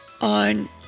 on